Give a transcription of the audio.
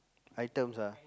items ah